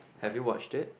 have you watched it